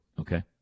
okay